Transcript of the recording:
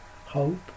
hope